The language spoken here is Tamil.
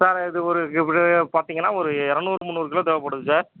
சார் இது ஒரு எப்படி பார்த்திங்கன்னா ஒரு இரநூறு முன்னூறு கிலோ தேவைப்படும் சார்